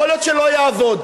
יכול להיות שלא יעבוד.